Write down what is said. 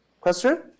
Question